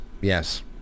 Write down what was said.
Yes